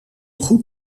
goed